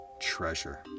treasure